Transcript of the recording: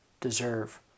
deserve